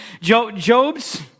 Job's